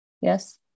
Yes